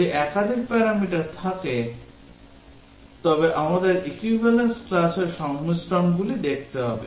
যদি একাধিক প্যারামিটার থাকে তবে আমাদের equivalence classর সংমিশ্রণগুলি দেখতে হবে